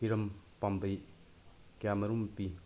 ꯍꯤꯔꯝ ꯄꯥꯝꯕꯩ ꯀꯌꯥ ꯃꯔꯨꯝ ꯄꯤ